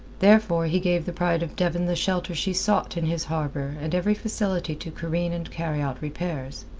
therefore he gave the pride of devon the shelter she sought in his harbour and every facility to careen and carry out repairs.